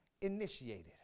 initiated